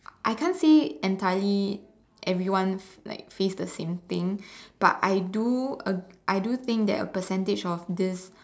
I can't say entirely everyone like face the same thing but I do I do think that a percentage of this